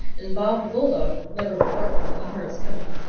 and bob, the bulldog, never barked when he heard us coming.